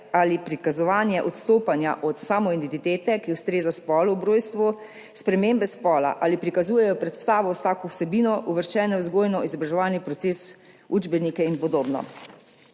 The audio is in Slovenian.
ali prikazovanje odstopanja od samoidentitete, ki ustreza spolu ob rojstvu, spremembe spola ali prikazujejo predstavo s tako vsebino, uvrščene v vzgojno-izobraževalni proces, učbenike in podobno.